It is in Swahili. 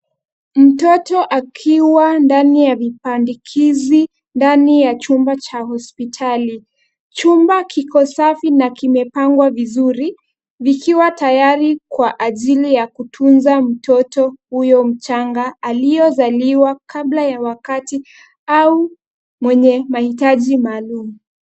Mtoto akiwa ndani ya vibandikizi ndani ya chumba cha hospitali. Chumba kiko safi na kimepangwa vizuri likiwa tayari kwa ajili ya kutunza huyo mchanga aliyezaliwa kabla ya wakati au mwenye mahitaji maalum.